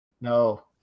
No